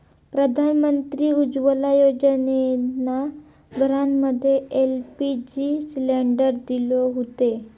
प्रधानमंत्री उज्ज्वला योजनेतना घरांमध्ये एल.पी.जी सिलेंडर दिले हुते